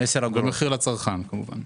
במחיר לצרכן כמובן.